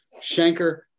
Shanker